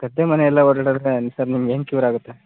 ಗದ್ದೆ ಮನೆ ಎಲ್ಲ ಓಡಾಡಿದ್ರೆ ಸರ್ ನಿಮ್ಗೆ ಏನು ಕ್ಯೂರ್ ಆಗುತ್ತೆ